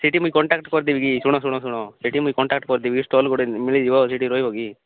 ସେଠି ମୁଁ କଣ୍ଟାକ୍ଟ କରିଦେବି କି ଶୁଣ ଶୁଣ ଶୁଣ ସେଠି ମୁଁ କଣ୍ଟାକ୍ଟ କରିଦେବି ଷ୍ଟଲ୍ ଗୋଟେ ମିଳିଯିବ ସେଠି ରହିବ କି